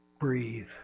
Breathe